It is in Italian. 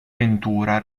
ventura